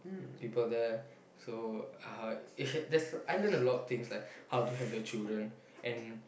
people there so uh there's I learn a lot of things like how to handle children